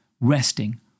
resting